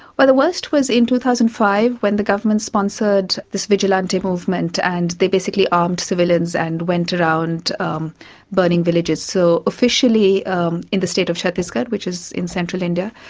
well, the worst was in two thousand and five when the government sponsored this vigilante movement and they basically armed civilians and went around um burning villages, so officially um in the state of chhattisgarh, which is in central india,